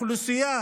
אוכלוסייה